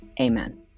Amen